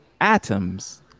atoms